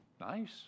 nice